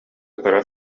көрө